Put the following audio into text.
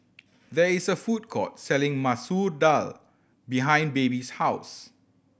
there is a food court selling Masoor Dal behind Baby's house